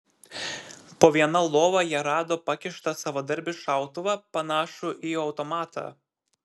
po viena lova jie rado pakištą savadarbį šautuvą panašų į automatą